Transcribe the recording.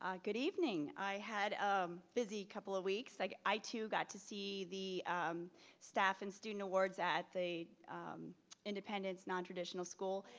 good evening, i had a um busy couple of weeks like i too got to see the staff and student awards at the independence nontraditional school.